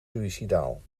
suïcidaal